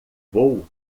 vou